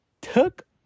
took